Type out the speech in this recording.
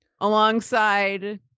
alongside